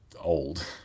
old